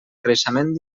creixement